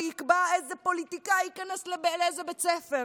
שיקבע איזה פוליטיקאי יכנס לאיזה בית ספר,